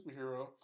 superhero